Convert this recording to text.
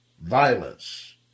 violence